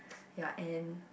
ya and